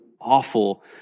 awful